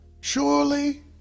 surely